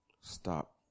stop